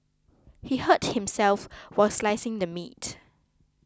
he hurt himself while slicing the meat